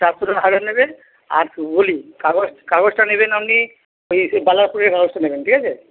চারশো টাকা হাজার নেবেন আর বলি কাগজ কাগজটা নেবেন আপনি ওই সে বালাপুরের কাগজটা নেবেন ঠিক আছে